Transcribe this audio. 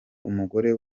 umugore